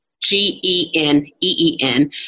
G-E-N-E-E-N